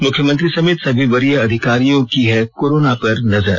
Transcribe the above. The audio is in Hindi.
मुख्यमंत्री समेत सभी वरीय अधिकारियों की है कोरोना पर नजर